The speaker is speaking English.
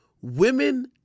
Women